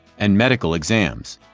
and medical exams.